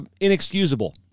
inexcusable